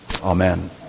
Amen